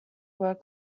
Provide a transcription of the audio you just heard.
were